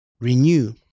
Renew